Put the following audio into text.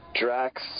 Drax